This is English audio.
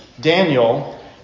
Daniel